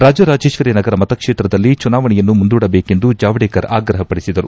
ರಾಜರಾಜೇಶ್ವರಿ ನಗರ ಮತಕ್ಷೇತ್ರದಲ್ಲಿ ಚುನಾವಣೆಯನ್ನು ಮುಂದೂಡಬೇಕೆಂದು ಜಾವಡೇಕರ್ ಆಗ್ರಹ ಪಡಿಸಿದರು